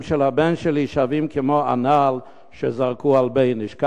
החיים של הבן שלי שווים כמו הנעל שזרקו על בייניש.